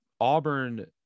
Auburn